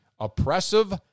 Oppressive